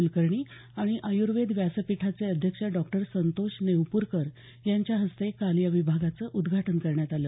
कूलकर्णी आणि आयूर्वेद व्यासपीठाचे अध्यक्ष डॉक्टर संतोष नेवपूरकर यांच्या हस्ते काल या विभागाचं उद्घाटन करण्यात आलं